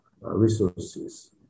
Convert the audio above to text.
resources